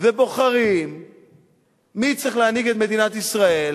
ובוחרים מי צריך להנהיג את מדינת ישראל,